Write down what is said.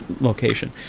location